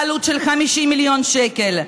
בעלות של 50 מיליון שקל,